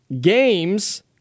games